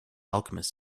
alchemist